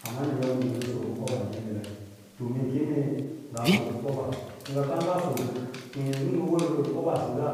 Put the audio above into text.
Amma nɚn yau mee ngɚ nɚ sokɚ koɓaa ngêkelek, to mee keme nga sokɚ kobaa kɚ ngɚ kàà sokɚ to yau ngɚ wɚrsɚ koɓaasɚngga